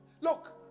Look